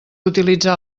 utilitzar